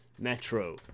Metro